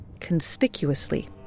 conspicuously